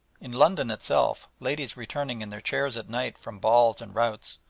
in london itself ladies returning in their chairs at night from balls and routs,